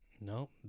no